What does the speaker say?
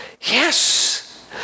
Yes